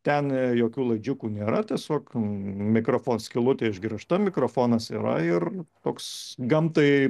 ten jokių laidžiukų nėra tiesiog mikrofone skylutė išgręžta mikrofonas yra ir toks gamtai